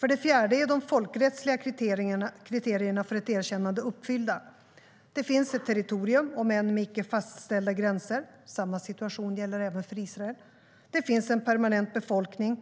För det fjärde är de folkrättsliga kriterierna för ett erkännande uppfyllda. Det finns ett territorium, om än med icke fastställda gränser, och samma situation gäller även för Israel. Det finns en permanent befolkning.